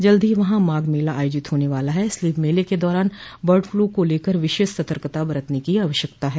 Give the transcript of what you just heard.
जल्द ही वहां माघ मेला आयोजित होने वाला है इसलिए मेल के दौरान बर्ड फ्लू को लेकर विशेष सतर्कता बरतने की आवश्यकता है